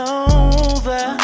over